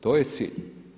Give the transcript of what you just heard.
To je cilj.